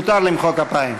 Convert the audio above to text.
מותר למחוא כפיים.